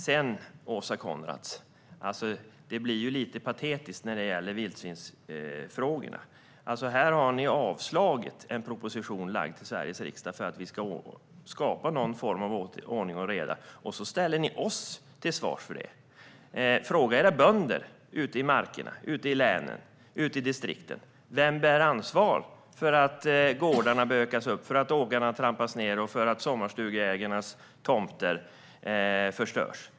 Sedan, Åsa Coenraads, blir det lite patetiskt när det gäller vildsvinsfrågorna. Ni har avslagit en proposition som lagts fram för Sveriges riksdag för att skapa någon form av ordning och reda, och så ställer ni oss till svars för det. Fråga era bönder ute i markerna och ute i länen och distrikten! Vem bär ansvar för att gårdarna bökas upp, åkrarna trampas ned och sommarstugeägarnas tomter förstörs?